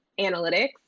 analytics